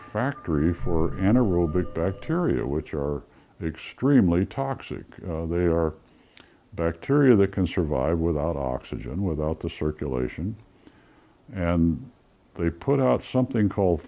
factory for anaerobic bacteria which are extremely toxic there are bacteria that can survive without oxygen without the circulation and they put out something called